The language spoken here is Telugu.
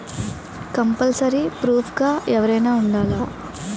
కంపల్సరీ ప్రూఫ్ గా ఎవరైనా ఉండాలా?